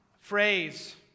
phrase